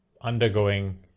undergoing